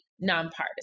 nonpartisan